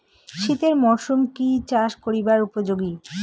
শীতের মরসুম কি চাষ করিবার উপযোগী?